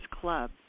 Club